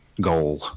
goal